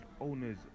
owners